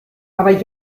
aber